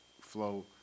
flow